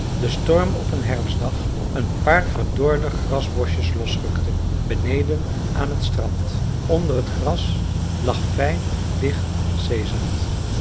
de storm op een herfstdag een paar verdorde grasbosjes losrukte beneden aan het strand onder t gras lag fijn licht zeezand